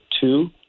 two